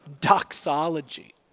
doxology